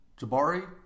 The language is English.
Jabari